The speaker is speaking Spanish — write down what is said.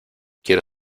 quiero